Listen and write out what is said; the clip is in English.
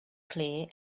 clear